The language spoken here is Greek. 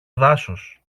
δάσος